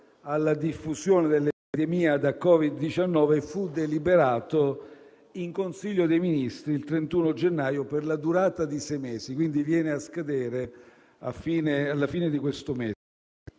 alla diffusione dell'epidemia da Covid-19, fu deliberato in Consiglio dei ministri il 31 gennaio per la durata di sei mesi (quindi viene a scadere alla fine di questo mese).